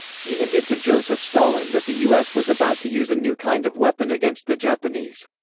he hinted to joseph stalin that the u s. was about to use a new kind of weapon against the japanese.